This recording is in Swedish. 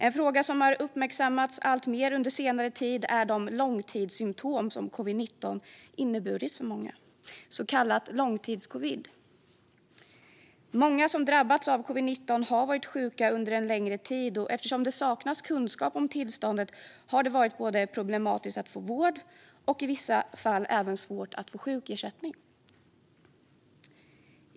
En fråga som har uppmärksammats alltmer under senare tid är de långtidssymtom som covid-19 inneburit för många, så kallad långtidscovid. Många som drabbats av covid-19 har varit sjuka under en längre tid, och eftersom det saknas kunskap om tillståndet har det varit både problematiskt att få vård och i vissa fall även svårt att få sjukersättning.